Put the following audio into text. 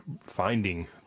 finding